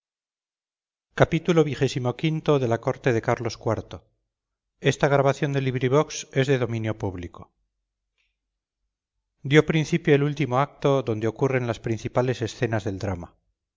xxvi xxvii xxviii la corte de carlos iv de benito pérez galdós dio principio el último acto donde ocurren las principales escenas del drama